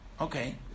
Okay